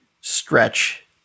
stretch